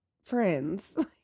friends